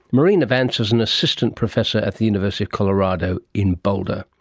marina vance is an assistant professor at the university of colorado in boulder.